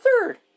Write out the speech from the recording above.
third